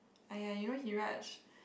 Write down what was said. !aiya! you know Heeraj